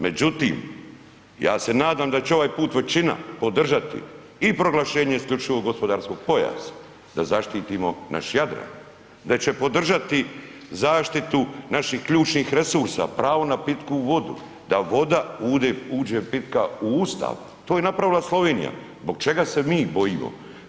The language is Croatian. Međutim, ja se nadam da će ovaj put većina podržati i proglašenje isključivog gospodarskog pojasa da zaštitimo naš Jadran, da će podržati zaštitu naših ključnih resursa, pravo na pitku vodu, da voda uđe pitka u Ustav, to je napravila Slovenija, zbog čega se mi bojimo?